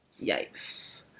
Yikes